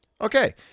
Okay